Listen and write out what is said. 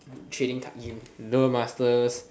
trading card games duel masters